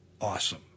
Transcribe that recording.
awesome